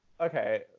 okay